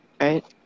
right